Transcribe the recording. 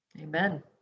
Amen